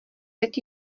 teď